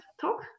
talk